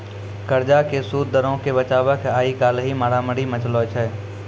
कर्जा के सूद दरो के बचाबै के आइ काल्हि मारामारी मचलो छै